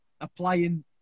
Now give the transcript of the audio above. applying